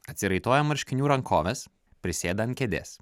atsiraitojo marškinių rankoves prisėda ant kėdės